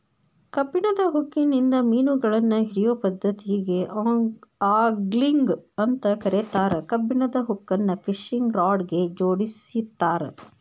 ಕಬ್ಬಣದ ಹುಕ್ಕಿನಿಂದ ಮಿನುಗಳನ್ನ ಹಿಡಿಯೋ ಪದ್ದತಿಗೆ ಆಂಗ್ಲಿಂಗ್ ಅಂತ ಕರೇತಾರ, ಕಬ್ಬಣದ ಹುಕ್ಕನ್ನ ಫಿಶಿಂಗ್ ರಾಡ್ ಗೆ ಜೋಡಿಸಿರ್ತಾರ